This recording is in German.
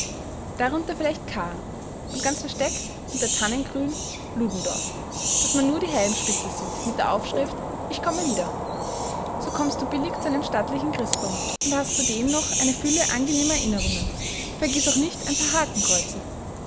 darunter vielleicht kahr und ganz versteckt hinter tannengrün ludendorff daß man nur die helmspitze sieht mit der aufschrift ich komme wieder so kommst du billig zu einem stattlichen christbaum und hast zu dem noch eine fülle angenehmer erinnerungen vergiß auch nicht ein paar